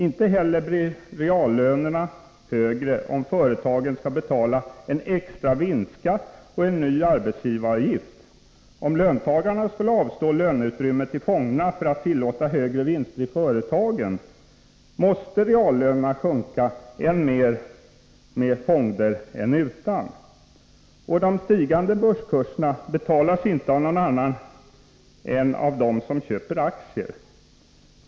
Inte heller blir reallönerna högre om företagen skall betala en extra vinstskatt och en ny arbetsgivaravgift. Om löntagarna skulle avstå löneutrymme till fonderna för att tillåta högre vinster i företagen måste reallönerna sjunka än mer med fonder än utan. De stigande börskurserna betalas inte av någon annan än av dem som köper aktier.